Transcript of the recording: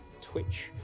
Twitch